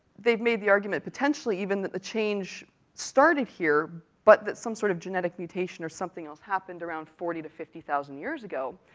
they've made the argument potentially even that the change started here, but that some sort of genetic mutation or something else happened around forty fifty thousand years ago,